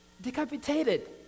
decapitated